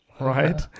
right